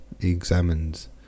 examines